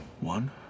One